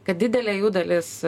kad didelė jų dalis